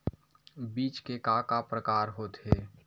बीज के का का प्रकार होथे?